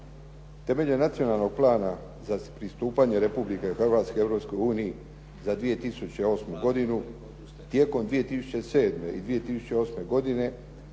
Temeljem Nacionalnog plana za pristupanje Republike Hrvatske Europskoj uniji za 2008. godinu tijekom 2007.- i 2008. godine